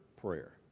prayer